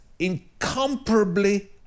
incomparably